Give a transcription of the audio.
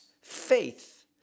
faith